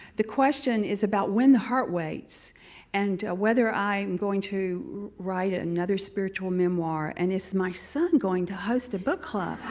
the question is about when the heart waits and whether i am going to write ah another spiritual memoir and is my son going to host a book club.